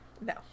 No